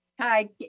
Hi